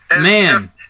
Man